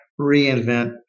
reinvent